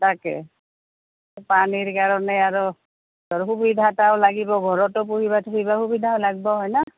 তাকে পানীৰ কাৰণে আৰু ধৰ সুবিধা এটাও লাগিব ঘৰতো পুহিবা থুহিবা সুবিধাও লাগিব হয় না